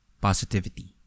positivity